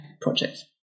projects